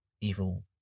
evil